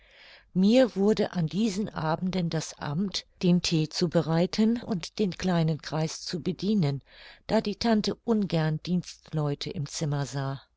mir wurde an diesen abenden das amt den thee zu bereiten und den kleinen kreis zu bedienen da die tante ungern dienstleute im zimmer sah